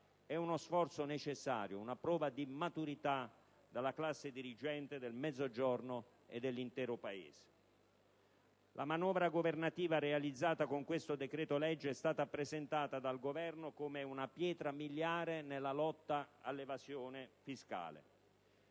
È uno sforzo necessario, una prova di maturità della classe dirigente del Mezzogiorno e dell'intero Paese. La manovra governativa realizzata con questo decreto-legge è stata presentata dal Governo come una pietra miliare nella lotta all'evasione fiscale.